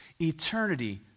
eternity